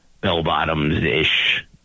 bell-bottoms-ish